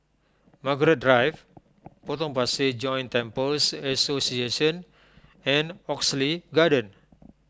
Margaret Drive Potong Pasir Joint Temples Association and Oxley Garden